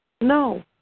No